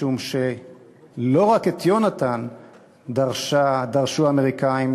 משום שלא רק את יונתן דרשו האמריקנים,